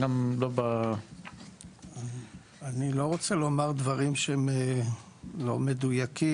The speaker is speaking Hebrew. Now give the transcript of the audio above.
אני לא רוצה לומר דברים שהם לא מדויקים,